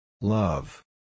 Love